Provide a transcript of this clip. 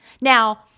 Now